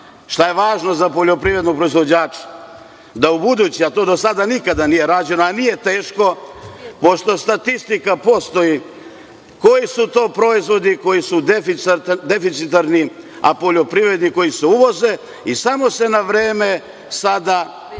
je važno za poljoprivredne proizvođače? Da ubuduće, a to do sada nikada nije rađeno a nije teško, pošto statistika postoji, koji su to proizvodi koji su deficitarni a poljoprivredni koji se uvoze i samo se na vreme sada